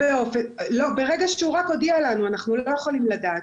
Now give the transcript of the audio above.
לא יכולים לדעת.